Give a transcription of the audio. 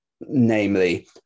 namely